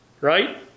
right